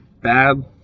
bad